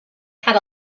had